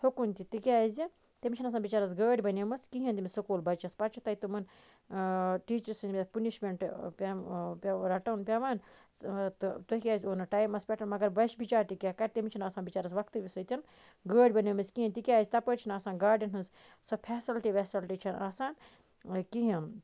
ہُکُن تہِ تکیازِ تمِس چھَن آسان بِچارَس گٲڑۍ بَنیٚمٕژ کِہیٖنۍ تمس سوٚکول بَچَس پَتہ چھ تَتہِ تِمن ٹیٖچر سٕنٛدِ اتھِ پُنِشمنٹ رَٹُن پیٚوان تہٕ تُہۍ کیاز آیوٕ نہٕ ٹایمَس پیٚٹھ مَگَر بَچہٕ بِچار تہِ کیاہ کَرِ تمِس چھَن آسان بِچارَس وَقتہٕ سۭتۍ گٲڑۍ بَنیٚمٕژ کِہِنۍ تِکیاز تَپٲرۍ چھنہٕ آسان گاڈیٚن ہٕنٛز سۄ پھیسَلٹی ویسَلٹی چھَنہٕ آسان کِہیٖنۍ